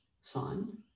sun